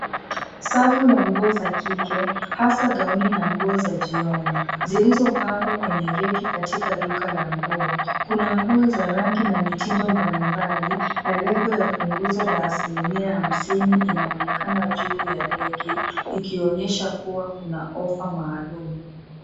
Safu ya nguo za kike, hasa gauni na nguo za jioni, zilizopangwa kwenye reki katika duka la nguo. Kuna nguo za rangi na mitindo mbalimbali. Lebo ya punguzo la asilimia hamsini inaonekana juu ya reki, ikionyesha kuwa kuna ofa maalum.